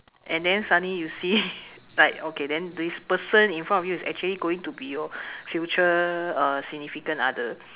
and then suddenly you see like okay then this person in front of you is actually going to be your future uh significant other